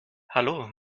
hallo